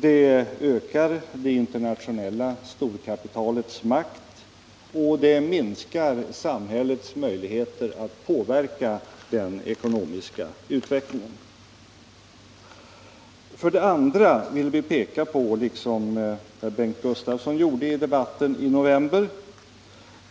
Det ökar det internationella storkapitalets makt, och det minskar samhällets möjligheter att påverka den ekonomiska utvecklingen. För det andra vill vi — liksom Bengt Gustavsson gjorde i debatten i november — peka